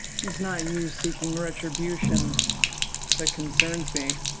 it's not you seeking retribution that concerns me.